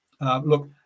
Look